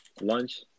lunch